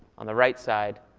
on the right side,